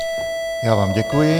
Já vám děkuji.